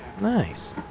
Nice